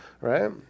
right